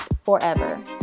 forever